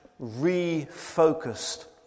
refocused